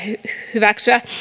hyväksyä